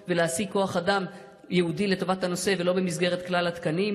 להעסיק כוח אדם ייעודי לטובת הנושא ולא במסגרת כלל התקנים,